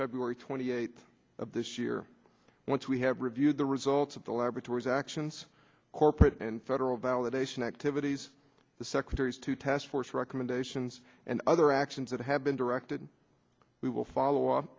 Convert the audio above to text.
february twenty eighth of this year once we have reviewed the results of the laboratories actions corporate and federal validation activities the secretaries to task force recommendations and other actions that have been directed we will follow up